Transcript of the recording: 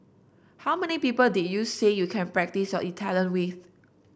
how many people did you say you can practise your Italian with